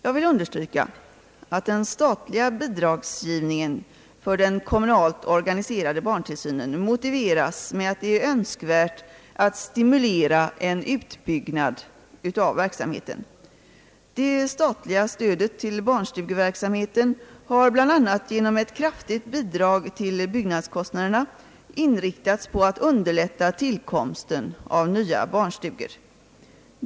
Jag vill understryka att den statliga bidragsgivningen för den kommunalt organiserade barntillsynen motiveras med att det är önskvärt att stimulera en utbyggnad av verksamheten. Det statliga stödet till barnstugeverksamheten har bl.a. genom ett kraftigt bidrag till byggnadskostnaderna inriktats på att underlätta tillkomsten av nya barnstugor.